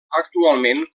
actualment